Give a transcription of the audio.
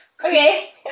Okay